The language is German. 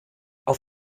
auf